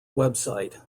website